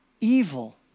evil